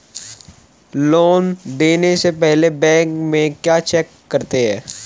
Loan देने से पहले बैंक में क्या चेक करते हैं?